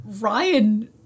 Ryan